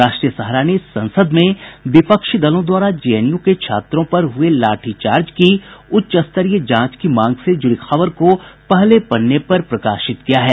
राष्ट्रीय सहारा ने संसद में विपक्षी दलों द्वारा जेएनयू के छात्रों पर हुये लाठीचार्ज की उच्चस्तरीय जांच की मांग से जुड़ी खबर को पहले पन्ने पर प्रकाशित किया है